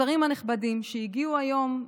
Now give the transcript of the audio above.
לשרים הנכבדים שהגיעו היום,